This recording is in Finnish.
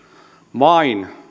vain